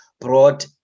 brought